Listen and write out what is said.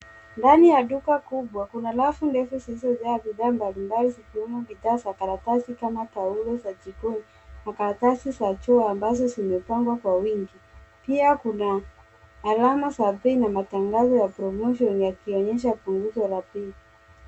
Ndani ya duka kubwa kuna rafu ndefu zilizojaa bidhaa mbalimbali zikiwemo bidhaa za karatasi kama taulo za jikoni makaratasi za jua ambazo zimepangwa kwa wingi. Pia kuna alama za bei na matangazo ya promotion yakionyesha punguzo la bei.